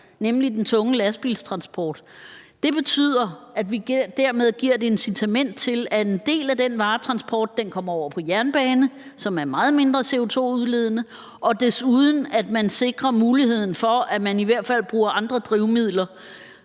nemlig den tunge lastbiltransport. Det betyder, at vi dermed giver et incitament til, at en del af den varetransport kommer over på jernbane, som er meget mindre CO2-udledende, og desuden sikrer muligheden for, at man i hvert fald bruger andre drivmidler,